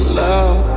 love